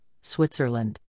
Switzerland